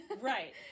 right